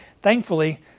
Thankfully